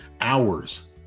hours